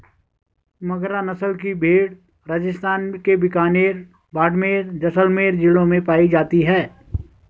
मगरा नस्ल की भेंड़ राजस्थान के बीकानेर, बाड़मेर, जैसलमेर जिलों में पाई जाती हैं